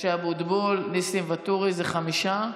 משה אבוטבול, ניסים ואטורי זה חמישה,